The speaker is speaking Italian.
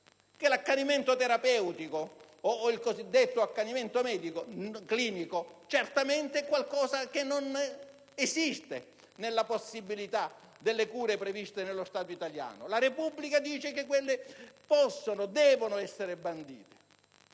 che l'accanimento terapeutico o il cosiddetto accanimento clinico è certamente qualcosa che non esiste nella possibilità delle cure previste nello Stato italiano. La Repubblica dice che quelle possono e devono essere bandite.